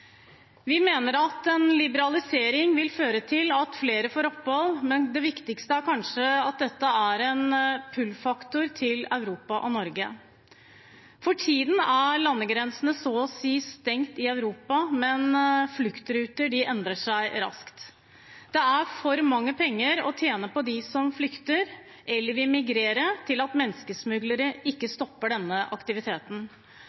Vi mener at en liberalisering vil føre til at flere får opphold, men det viktigste er kanskje at dette er en «pull»-faktor til Europa og Norge. For tiden er landegrensene så å si stengt i Europa, men fluktruter endrer seg raskt. Det er for mange penger å tjene på dem som flykter eller vil migrere, til at menneskesmuglere ikke